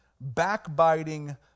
backbiting